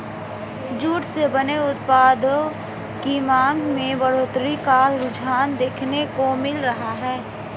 jute से बने उत्पादों की मांग में बढ़ोत्तरी का रुझान देखने को मिल रहा है